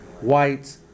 white